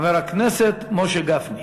חבר הכנסת משה גפני.